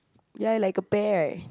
ya like a pear